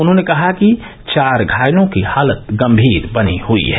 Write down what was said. उन्होंने कहा कि चार घायलों की हालत गंभीर बनी हुई है